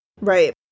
Right